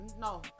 No